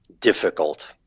difficult